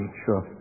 sure